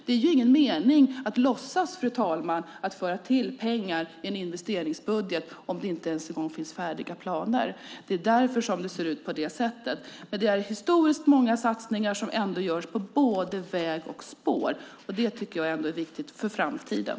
Det är ingen mening att låtsas, fru talman, att man tillför pengar i en investeringsbudget om det inte ens en gång finns färdiga planer. Det är därför som det ser ut på det sättet. Men det är historiskt många satsningar som ändå görs på både väg och spår, och jag tycker att det är viktigt för framtiden.